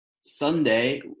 Sunday